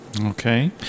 Okay